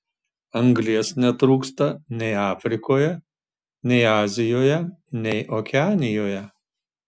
anglies netrūksta nei afrikoje nei azijoje nei okeanijoje